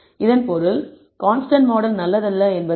இதன் பொருள் constant model நல்லதல்ல என்பதாகும்